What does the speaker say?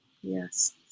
Yes